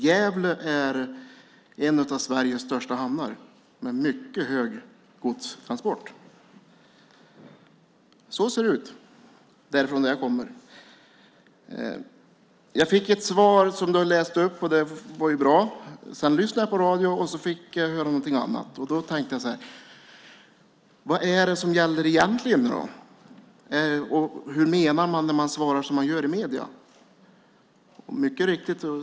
Gävle är en av Sveriges största hamnar med många godstransporter. Så ser det ut där jag kommer ifrån. Jag fick ett svar som finansministern läste upp, och det var ju bra. Sedan lyssnade jag på radio, och då fick jag höra någonting annat. Då tänkte jag så här: Vad är det egentligen som gäller? Vad menar man när man svarar som man gör i medierna?